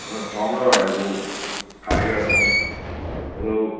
ꯑꯗꯨ ꯐꯥꯎꯅꯕ ꯍꯥꯏꯕꯕꯨ ꯍꯥꯏꯈ꯭ꯔꯗꯧꯅꯤ ꯑꯗꯣ